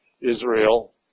Israel